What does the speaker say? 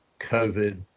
COVID